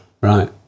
Right